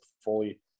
fully